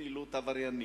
ולפעילות עבריינית,